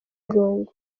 irungu